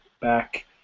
back